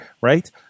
right